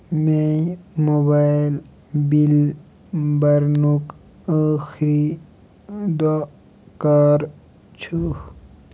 میایہِ mobile bill برنُک ٲخٕری دۄہ کر چھُ